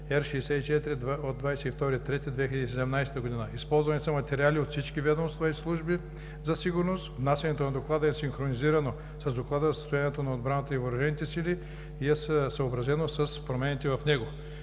Р 64/22 март 2017 г. Използвани са материали от всички ведомства и служби за сигурност. Внасянето на Доклада е синхронизирано с Доклада за състоянието на отбраната и въоръжените сили и е съобразено с промените в него.